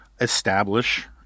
establish